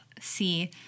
see